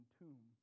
tomb